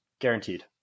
Guaranteed